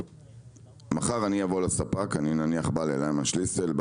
מחר אני אבוא לספק כמו ליימן שליסל,